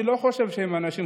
אני לא חושב שהם אנשים,